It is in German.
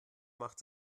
macht